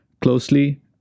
closely